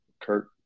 Kurt